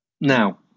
Now